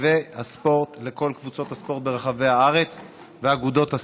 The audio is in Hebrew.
תקציבי הספורט לכל קבוצות הספורט ברחבי הארץ ואגודות הספורט.